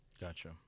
Gotcha